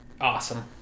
awesome